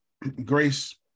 Grace